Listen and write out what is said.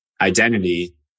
identity